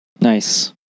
Nice